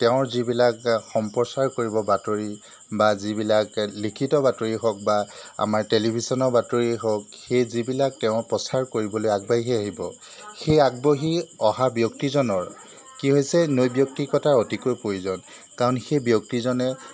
তেওঁ যিবিলাক সম্প্ৰচাৰ কৰিব বাতৰি বা যিবিলাক লিখিত বাতৰি হওক বা আমাৰ টেলিভিশ্যনৰ বাতৰি হওক সেই যিবিলাক তেওঁ প্ৰচাৰ কৰিবলৈ আগবাঢ়ি আহিব সেই আগবঢ়ি অহা ব্যক্তিজনৰ কি হৈছে নৈক্তিকতাৰ অতিকৈ প্ৰয়োজন কাৰণ সেই ব্যক্তিজনে